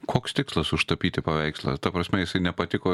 koks tikslas užtapyti paveikslą ta prasme jisai nepatiko